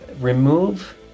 remove